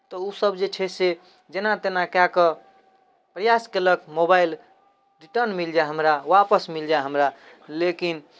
तऽ ओसभ जे छै से जेना तेना कए कऽ प्रयास कयलक मोबाइल रिटर्न मिल जाय हमरा वापस मिल जाय हमरा लेकिन